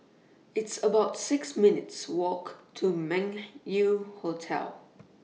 It's about six minutes' Walk to Meng Yew Hotel